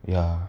ya